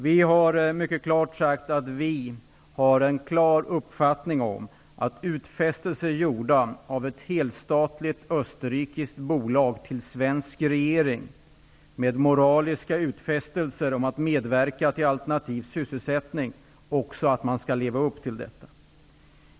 Vi har mycket bestämt uttalat att vi har den klara uppfattningen att utfästelser gjorda av ett helstatligt österrikiskt bolag till en svensk regering, med moraliska förpliktelser om att medverka till alternativ sysselsättning, också skall efterlevas.